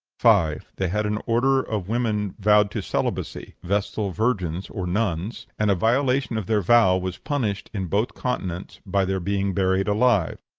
five. they had an order of women vowed to celibacy vestal virgins-nuns and a violation of their vow was punished, in both continents, by their being buried alive.